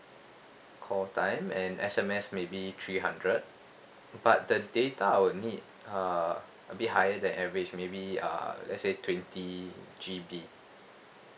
call time and S_M_S maybe three hundred but the data I would need uh a bit higher than average maybe uh let's say twenty G_B